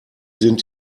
sind